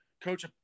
coach